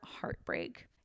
heartbreak